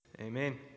Amen